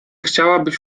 chciałabyś